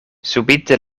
subite